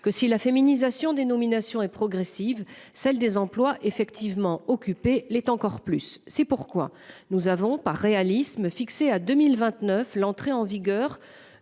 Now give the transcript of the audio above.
que si la féminisation des nominations et progressive, celle des emplois effectivement, occupés l'est encore plus. C'est pourquoi nous avons par réalisme fixé à 2029 l'entrée en vigueur